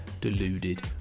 deluded